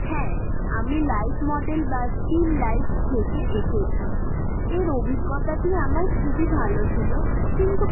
হ্যাঁ আমি live model বা স্টিল লাইফ থেকে এঁকেছি এর অভিজ্ঞতাটি আমার খুবই ভালো ছিল কিন্তু